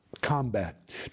combat